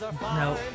No